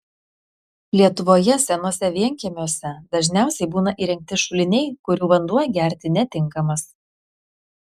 lietuvoje senuose vienkiemiuose dažniausia būna įrengti šuliniai kurių vanduo gerti netinkamas